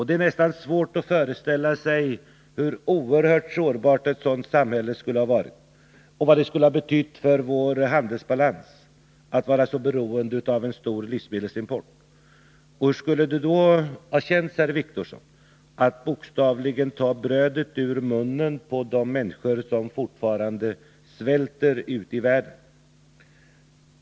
Det är faktiskt svårt att föreställa sig hur oerhört sårbart ett sådant samhälle skulle ha varit och vad det skulle ha betytt för vår handelsbalans att vara så beroende av en stor livsmedelsimport. Hur skulle det ha känts, herr Wictorsson, att bokstavligen ta brödet ur munnen på de människor som svälter ute i världen?